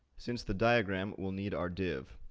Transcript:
since the diagram will need our div,